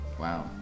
Wow